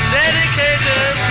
dedicated